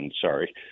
sorry